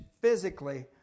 physically